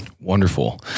wonderful